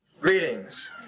Greetings